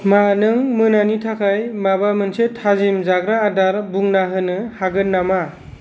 मा नों मोनानि थाखाय माबा मोनसे थाजिम जाग्रा आदार बुंना होनो हागोन नामा